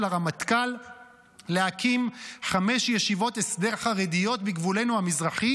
הרמטכ"ל להקים חמש ישיבות הסדר חרדיות בגבולנו המזרחי?